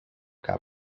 cap